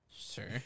Sure